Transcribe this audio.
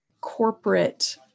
corporate